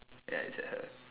ya it's a her